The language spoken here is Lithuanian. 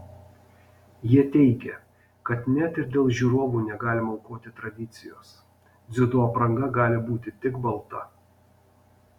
jie teigia kad net ir dėl žiūrovų negalima aukoti tradicijos dziudo apranga gali būti tik balta